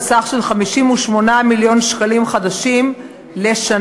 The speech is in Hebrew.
סכום של 58 מיליון שקלים חדשים לשנה,